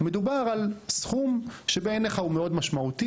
מדובר על סכום שבעיניך הוא מאד משמעותי,